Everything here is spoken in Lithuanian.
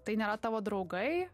tai nėra tavo draugai